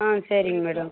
ஆ சரிங்க மேடம்